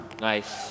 Nice